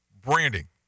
branding